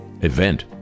event